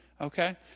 Okay